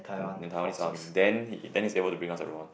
in Taiwanese army then he then he had to bring us around